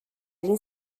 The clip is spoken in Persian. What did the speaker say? این